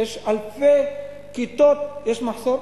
יש אלפי כיתות, יש מחסור